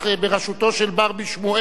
בראשותו של ברבי שמואל,